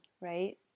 right